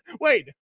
Wait